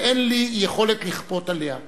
ואין לי יכולת לכפות עליה.